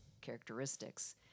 characteristics